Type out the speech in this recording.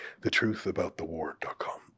Thetruthaboutthewar.com